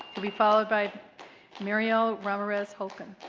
to be followed by mariel ramirez holkon.